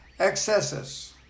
excesses